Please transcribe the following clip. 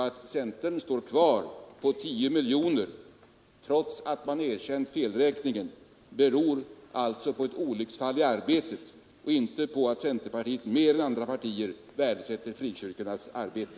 Att centern står kvar vid beloppet 10 miljoner kronor trots att man har erkänt felräkningen beror alltså på ett olycksfall i arbetet, inte på att centerpartiet mer än andra partier värdesätter frikyrkornas arbete.